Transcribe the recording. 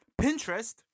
Pinterest